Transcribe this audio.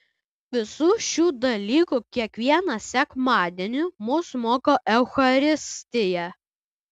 visų šių dalykų kiekvieną sekmadienį mus moko eucharistija